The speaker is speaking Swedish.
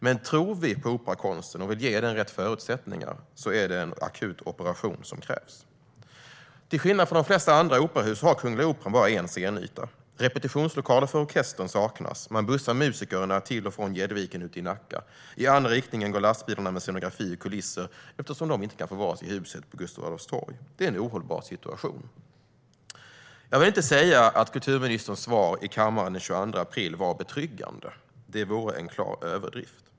Men om vi tror på operakonsten och vill ge den rätt förutsättningar är det en akut operation som krävs. Till skillnad från de flesta andra operahus har Kungliga Operan bara en scenyta. Repetitionslokaler för orkestern saknas. Man bussar musikerna till och från Gäddviken ute i Nacka. I den andra riktningen går lastbilarna med scenografi och kulisser, eftersom de inte kan förvaras i huset vid Gustav Adolfs torg. Det är en ohållbar situation. Jag vill inte säga att kulturministerns svar i kammaren den 22 april var betryggande. Det vore en klar överdrift.